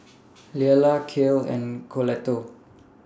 Leala Cale and Colette